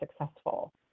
successful